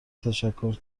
تشکر